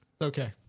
okay